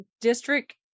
district